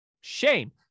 Shame